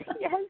yes